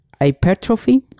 hypertrophy